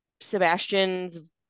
Sebastian's